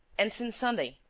and since sunday?